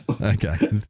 Okay